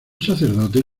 sacerdote